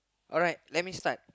alright let me start